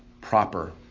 proper